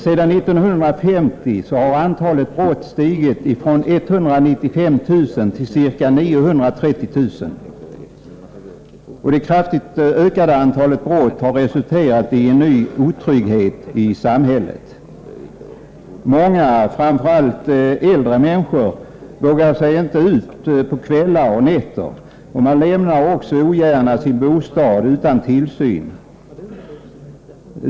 Sedan 1950 har antalet brott stigit från ca 195 000 till ca 930 000. Det kraftigt ökade antalet brott har resulterat i en ny otrygghet i samhället. Många, framför allt äldre människor, vågar inte gå ut på kvällar och nätter. Man lämnar också ogärna sin bostad utan tillsyn.